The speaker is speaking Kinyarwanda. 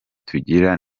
tugira